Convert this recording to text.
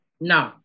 No